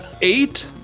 Eight